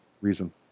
reason